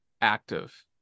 active